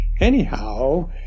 Anyhow